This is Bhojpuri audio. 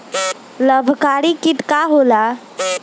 लाभकारी कीट का होला?